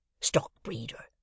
stock-breeder